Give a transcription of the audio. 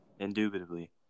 Indubitably